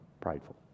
prideful